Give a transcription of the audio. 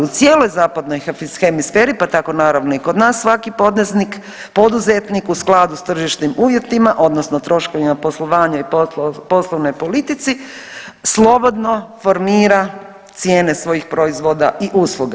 U cijeloj zapadnoj hemisferi pa tako naravno i kod nas svaki poduzetnik u skladu sa tržišnim uvjetima, odnosno troškovima poslovanja i poslovnoj politici slobodno formira cijene svojih proizvoda i usluga.